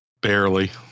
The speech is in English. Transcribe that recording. barely